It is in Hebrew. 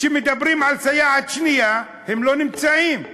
כשמדברים על סייעת שנייה, הם לא נמצאים,